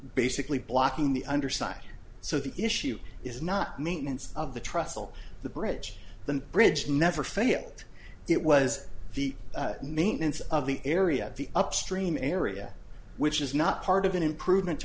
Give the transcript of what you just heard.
basically blocking the underside so the issue is not maintenance of the trussell the bridge the bridge never failed it was the maintenance of the area the upstream area which is not part of an improvement